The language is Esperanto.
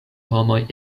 homoj